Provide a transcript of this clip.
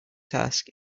task